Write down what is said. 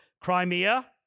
Crimea